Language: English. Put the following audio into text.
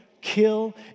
kill